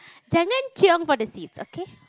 chiong for the seats okay